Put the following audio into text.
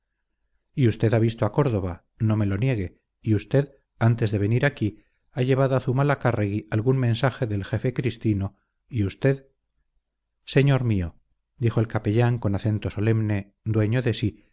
y usted ha visto a córdoba no me lo niegue y usted antes de venir aquí ha llevado a zumalacárregui algún mensaje del jefe cristino y usted señor mío dijo el capellán con acento solemne dueño de sí